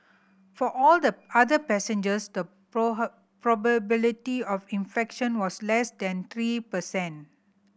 for all the other passengers the probability of infection was less than three per cent